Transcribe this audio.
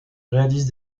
réalise